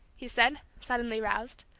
he said, suddenly roused.